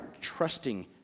trusting